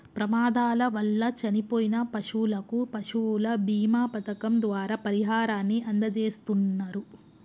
ప్రమాదాల వల్ల చనిపోయిన పశువులకు పశువుల బీమా పథకం ద్వారా పరిహారాన్ని అందజేస్తున్నరు